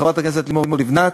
חברת הכנסת לימור לבנת,